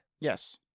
Yes